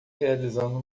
realizando